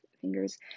fingers